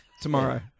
tomorrow